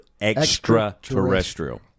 Extra-terrestrial